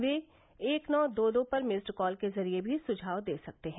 वे एक नौ दो दो पर मिस्ड कॉल के जरिए भी सुझाव दे सकते हैं